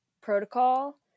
protocol